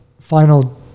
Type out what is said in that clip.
final